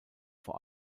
vor